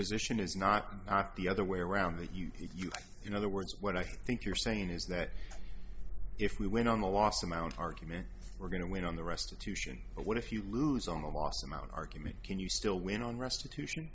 position is not not the other way around that you use in other words what i think you're saying is that if we went on the last amount argument we're going to win on the restitution but what if you lose on the last amount argument can you still win on restitution